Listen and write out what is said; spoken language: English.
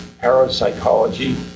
Parapsychology